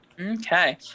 okay